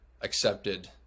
accepted